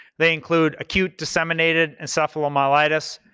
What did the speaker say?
they include acute disseminated encephalomyelitis,